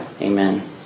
amen